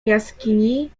jaskini